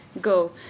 go